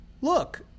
look